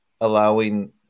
allowing